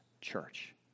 church